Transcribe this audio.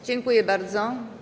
Dziękuję bardzo.